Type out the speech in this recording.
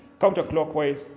counterclockwise